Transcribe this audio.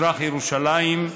מזרח ירושלים,